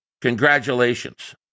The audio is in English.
congratulations